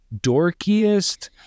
dorkiest